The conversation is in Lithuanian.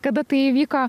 kada tai įvyko